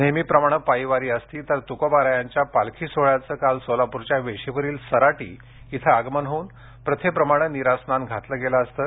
नेहमीप्रमाणे पायी वारी असती तर तुकोबारायांच्या पालखी सोहोळ्याचं काल सोलापूरच्या वेशीवरील सराटी इथं आगमन होऊन प्रथेप्रमाणे नीरा स्नान घातलं गेलं असतं